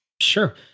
Sure